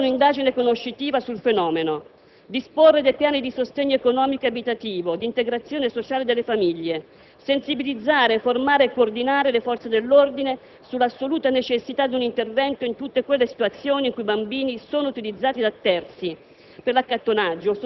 disporre un'indagine conoscitiva sul fenomeno; disporre dei piani di sostegno economico e abitativo di integrazione sociale delle famiglie; sensibilizzare, formare e coordinare le forze dell'ordine sull'assoluta necessità di un intervento in tutte quelle situazioni in cui i bambini sono utilizzati da terzi